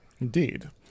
Indeed